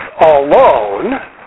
alone